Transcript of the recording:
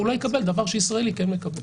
שהוא לא יקבל דבר שישראלי כן מקבל.